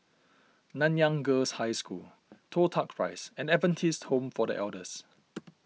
Nanyang Girls' High School Toh Tuck Rise and Adventist Home for the Elders